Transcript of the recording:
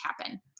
happen